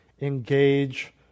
Engage